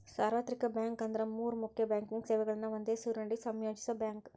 ಸಾರ್ವತ್ರಿಕ ಬ್ಯಾಂಕ್ ಅಂದ್ರ ಮೂರ್ ಮುಖ್ಯ ಬ್ಯಾಂಕಿಂಗ್ ಸೇವೆಗಳನ್ನ ಒಂದೇ ಸೂರಿನಡಿ ಸಂಯೋಜಿಸೋ ಬ್ಯಾಂಕ್